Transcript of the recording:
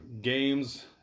games